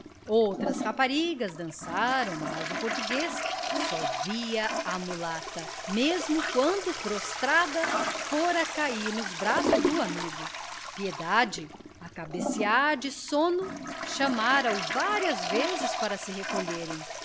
outras raparigas dançaram mas o português só via a mulata mesmo quando prostrada fora cair nos braços do amigo piedade a cabecear de sono chamara o várias vezes para se recolherem